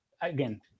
again